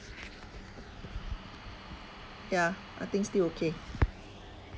ya I think still okay